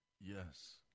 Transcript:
yes